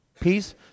peace